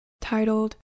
titled